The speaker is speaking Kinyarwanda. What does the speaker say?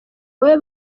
wowe